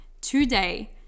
today